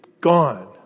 gone